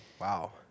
Wow